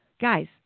guys